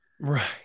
Right